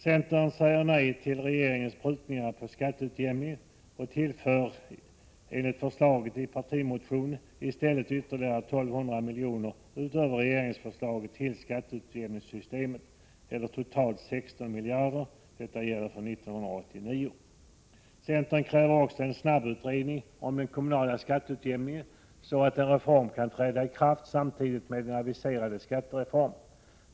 Centern säger nej till regeringens prutningar på skatteutjämningen och tillför i stället, enligt förslaget i partimotionen, ytterligare 1 200 miljoner utöver regeringsförslaget till skatteutjämningssystemet — totalt 16 miljarder. Detta gäller för 1989. Centern kräver en snabbutredning om den kommunala skatteutjämningen så att en reform kan träda i kraft samtidigt med den aviserade skattereformen.